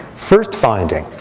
first finding,